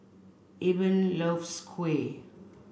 Eben loves Kuih